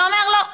ואומר: לא,